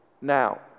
Now